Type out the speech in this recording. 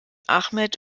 ahmet